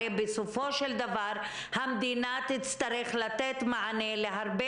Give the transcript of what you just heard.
כי הרי בסופו של דבר המדינה תצטרך לתת מענה להרבה